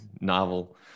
novel